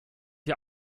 ihr